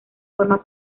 forman